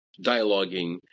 dialoguing